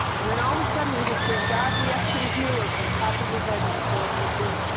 and then all of a sudden he just says, god, we ask you to heal her from the top of her head to the soles of her feet.